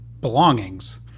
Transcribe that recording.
belongings